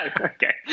Okay